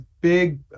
big